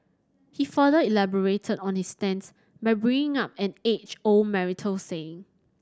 he further elaborated on his stance by bringing up an age old marital saying